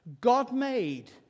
God-made